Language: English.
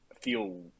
feel